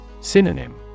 Synonym